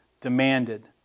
demanded